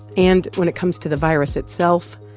and when it comes to the virus itself,